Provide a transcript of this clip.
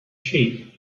sheep